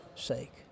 sake